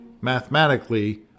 mathematically